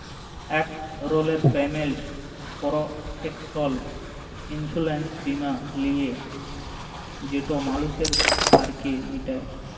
ইক ধরলের payment protection insurance বীমা লিলে যেট মালুসের ধারকে মিটায়